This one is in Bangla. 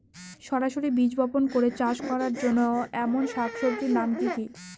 সরাসরি বীজ বপন করে চাষ করা হয় এমন শাকসবজির নাম কি কী?